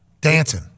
Dancing